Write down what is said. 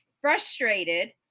frustrated